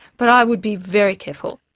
but i would be very careful.